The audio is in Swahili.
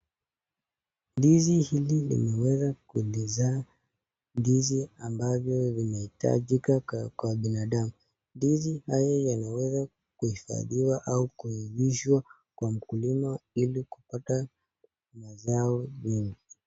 Ndizi hili limeweza kulizaa, ndizi ambalo limeitajika ka, kwa binadamu, ndizi haya yameweza kuhifadiwa au kuivishwa kwa mkulima, ili kupata, mazao, mengi.